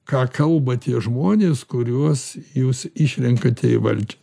ką kalba tie žmonės kuriuos jūs išrenkate į valdžią